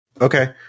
Okay